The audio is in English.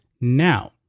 now